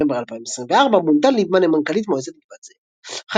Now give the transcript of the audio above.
בנובמבר 2024 מונתה ליבמן למנכל"ית מועצת גבעת זאב.